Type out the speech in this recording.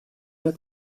nur